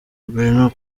bruno